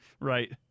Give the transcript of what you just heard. Right